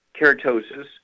keratosis